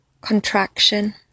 contraction